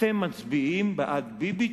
אתם מצביעים בעד ביבי,